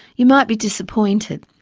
you might be disappointed.